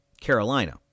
Carolina